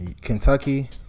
Kentucky